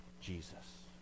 Jesus